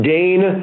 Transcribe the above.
Dane